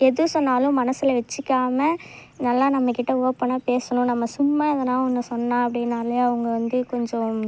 எது சொன்னாலும் மனசில் வச்சிக்காமல் நல்லா நம்ம கிட்ட ஓப்பனாக பேசணும் நம்ம சும்மா எதனா ஒன்று சொன்னால் அப்டின்னாலையே அவங்க வந்து கொஞ்சம்